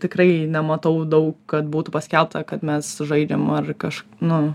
tikrai nematau daug kad būtų paskelbta kad mes žaidžiam ar kaž nu